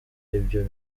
ibyo